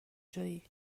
جویی